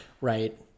Right